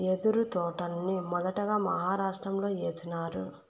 యెదురు తోటల్ని మొదటగా మహారాష్ట్రలో ఏసినారు